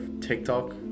tiktok